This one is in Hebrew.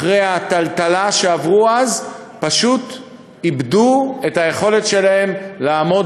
אחרי הטלטלה שעברו הן פשוט איבדו את היכולת שלהן לעמוד